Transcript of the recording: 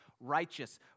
righteous